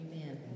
Amen